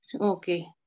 Okay